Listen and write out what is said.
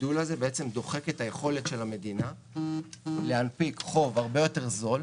הגידול הזה דוחק את היכולת של המדינה להנפיק חוב הרבה יותר זול,